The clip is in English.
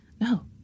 no